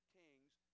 king's